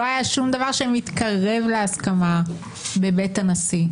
לא היה שום דבר שמתקרב להסכמה בבית הנשיא.